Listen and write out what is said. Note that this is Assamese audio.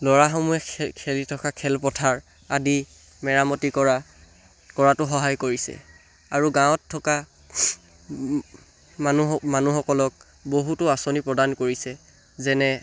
ল'ৰাসমূহে খেলি থকা খেলপথাৰ আদি মেৰামতি কৰা কৰাতো সহায় কৰিছে আৰু গাঁৱত থকা মানুহ মানুহসকলক বহুতো আঁচনি প্ৰদান কৰিছে যেনে